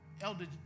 Elder